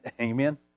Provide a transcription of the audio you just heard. Amen